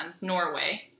Norway